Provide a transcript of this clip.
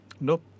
Nope